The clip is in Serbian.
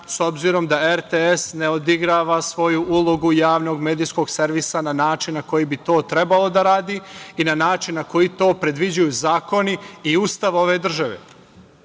s obzirom da RTS ne odigrava svoju ulogu javnog medijskog servisa na način na koji bi to trebalo da radi i na način na koji to predviđaju zakoni Ustav ove države.